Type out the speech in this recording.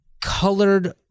colored